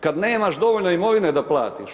Kad nemaš dovoljno imovine da platiš.